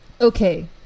okay